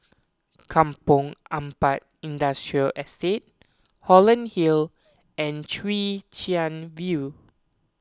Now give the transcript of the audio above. Kampong Ampat Industrial Estate Holland Hill and Chwee Chian View